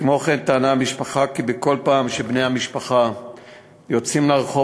כמו-כן טענה המשפחה כי בכל פעם שבני-המשפחה יוצאים לרחוב